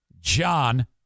John